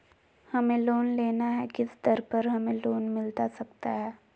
हमें लोन लेना है किस दर पर हमें लोन मिलता सकता है?